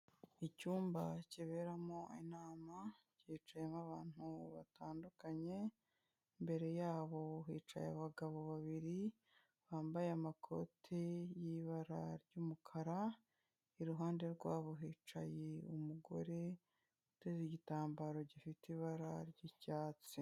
Icyumba kiberamo inama, cyicayemo abantu batandukanye, imbere yabo hicaye abagabo babiri bambaye amakoti y'ibara ry'umukara, iruhande rwabo hicaye umugore uteze igitambaro gifite ibara ry'icyatsi.